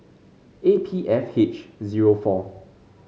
A P F H zero four